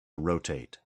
rotate